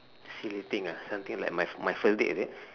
silly thing ah something like my first date is it